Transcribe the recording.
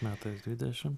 metais dvidešim